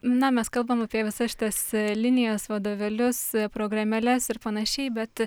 na mes kalbam apie visas šitas linijas vadovėlius programėles ir panašiai bet